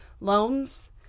loans